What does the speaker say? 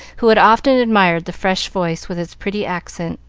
who had often admired the fresh voice, with its pretty accent.